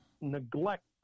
neglect